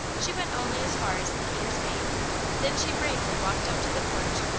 she went only as far as the peters gate then she bravely walked up to the porch,